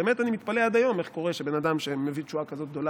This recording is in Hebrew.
באמת אני מתפלא עד היום איך קורה שבן אדם שמביא תשועה כזאת גדולה,